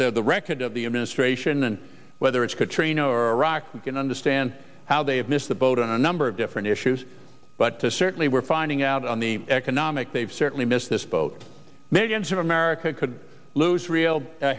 at the record of the administration and whether it's katrina or arac you can understand how they have missed the boat on a number of different issues but to certainly we're finding out on the economic they've certainly missed this boat millions in america could lose real